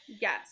Yes